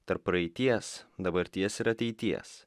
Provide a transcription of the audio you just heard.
tarp praeities dabarties ir ateities